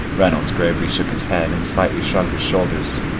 reynolds gravely shook his head, and slightly shrugged his shoulders,